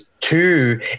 two